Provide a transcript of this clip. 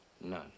None